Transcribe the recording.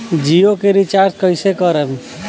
जियो के रीचार्ज कैसे करेम?